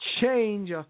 change